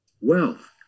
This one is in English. wealth